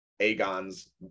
Aegon's